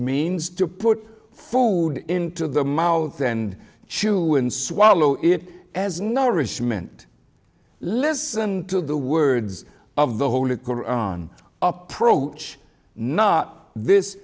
means to put food into the mouth and chew and swallow it as nourishment listen to the words of the holy approach not this